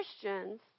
Christians